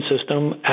system